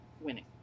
winning